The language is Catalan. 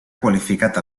qualificat